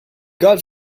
god